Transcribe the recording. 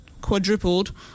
quadrupled